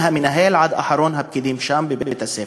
מהמנהל עד אחרון הפקידים שם בבית-הספר.